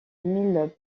mille